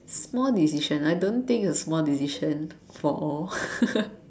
small decision I don't think it's a small decision for all